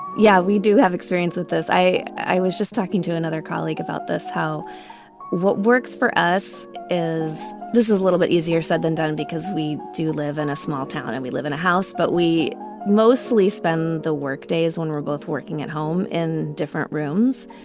yeah, we do have experience with this i i was just talking to another colleague about this, how what works for us is this is a little bit easier said than done because we do live in a small town and we live in a house, but we mostly spend the workdays when we're both working at home in different rooms,